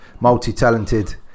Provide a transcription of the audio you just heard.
multi-talented